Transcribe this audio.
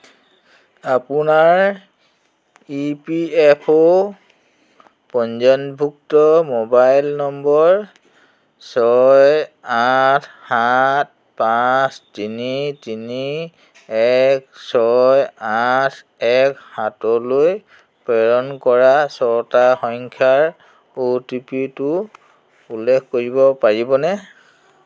আপোনাৰ E P F O পঞ্জীয়নভুক্ত mobile নম্বৰ ছয় আঠ সাত পাঁচ তিনি তিনি এক ছয় আঠ এক সাতলৈ প্ৰেৰণ কৰা ছটা সংখ্যাৰ অ' টি পিটো উল্লেখ কৰিব পাৰিব নে